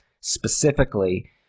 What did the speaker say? specifically